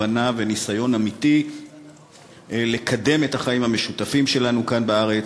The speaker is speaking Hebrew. הבנה וניסיון אמיתי לקדם את החיים המשותפים שלנו כאן בארץ,